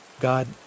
God